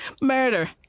Murder